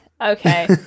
Okay